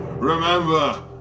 Remember